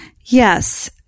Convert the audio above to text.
Yes